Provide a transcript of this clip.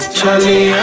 Charlie